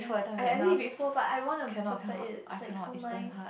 I I did it before but I want to perfect it it's like so nice